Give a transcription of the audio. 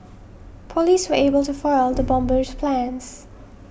police were able to foil the bomber's plans